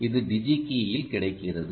இது டிஜி கீயில் கிடைக்கிறது